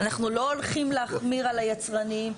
אנחנו לא הולכים להחמיר על היצרנים.